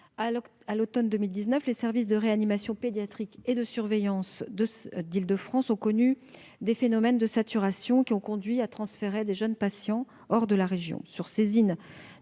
à l'automne 2019, les services de réanimation pédiatrique et de surveillance continue d'Île-de-France ont connu des phénomènes de saturation qui ont conduit à transférer de jeunes patients hors de la région.